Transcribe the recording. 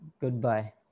Goodbye